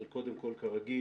אבל קודם כל כרגיל,